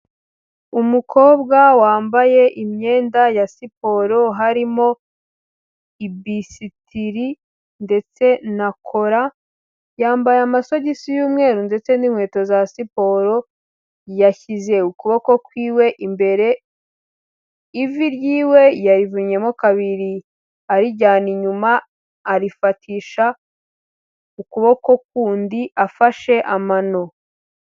Umukobwa wambaye imyenda ya siporo, harimo ibisitiri ndetse na kora, yambaye amasogisi y'umweru ndetse ni'inkweto za siporo, yashyize ukuboko kwiwe imbere, ivi ryiwe yarivunnyemo kabiri arijyana inyuma, arifatisha ukuboko kundi afashe amano.